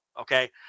Okay